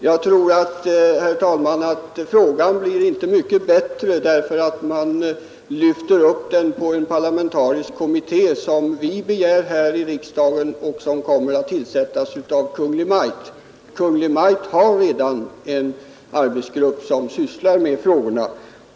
Jag tror, herr talman, att frågan blir inte mycket bättre därför att man lyfter upp den till en parlamentarisk kommitté som vi begär här i riksdagen och som kommer att tillsättas av Kungl. Maj:t, ty Kungl. Maj:t har redan en arbetsgrupp som sysslar med frågorna.